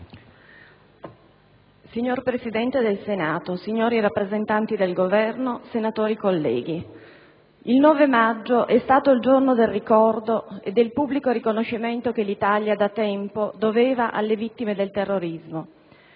Signor Presidente del Senato, signori rappresentanti del Governo, senatori colleghi, il 9 maggio è stato il giorno del ricordo e del pubblico riconoscimento che l'Italia da tempo doveva alle vittime del terrorismo,